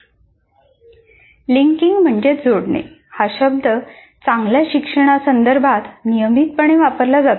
'linking' हा शब्द चांगल्या शिक्षणासंदर्भात नियमितपणे वापरला जातो